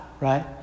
right